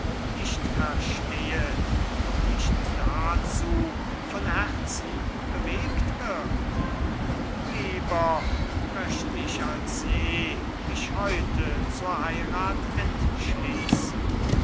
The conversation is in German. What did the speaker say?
nicht verstehet und nicht dazu von herzen bewegt wird lieber möcht ich als je mich heute zur heirat entschließen